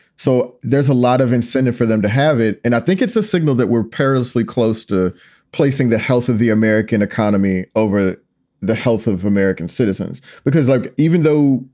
so there's a lot of incentive for them to have it. and i think it's a signal that we're perilously close to placing the health of the american economy over the health of american citizens. because like even though,